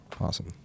Awesome